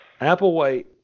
Applewhite